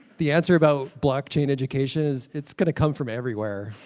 the answer about blockchain education is it's going to come from everywhere,